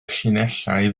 llinellau